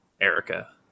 Erica